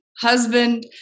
husband